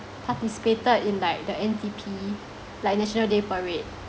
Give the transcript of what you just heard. participated in like the N_D_P like national day parade